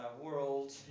world